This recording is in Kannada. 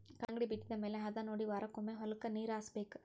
ಕಲ್ಲಂಗಡಿ ಬಿತ್ತಿದ ಮ್ಯಾಲ ಹದಾನೊಡಿ ವಾರಕ್ಕೊಮ್ಮೆ ಹೊಲಕ್ಕೆ ನೇರ ಹಾಸಬೇಕ